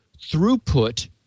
throughput